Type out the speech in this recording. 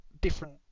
different